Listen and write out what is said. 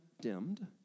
dimmed